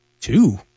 two